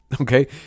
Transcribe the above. Okay